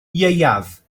ieuaf